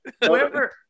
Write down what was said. whoever